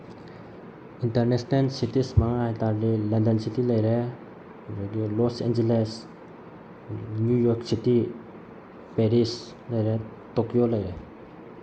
international cities ꯃꯉꯥ ꯍꯥꯏ ꯇꯥꯔꯗꯤ ꯂꯟꯗꯟ ꯁꯤꯇꯤ ꯂꯩꯔꯦ ꯑꯗꯒꯤ Los Angeles New York City Paris ꯂꯩꯔꯦ ꯇꯣꯛꯀꯤꯌꯣ ꯂꯩꯔꯦ